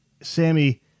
Sammy